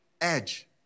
edge